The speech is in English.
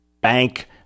bank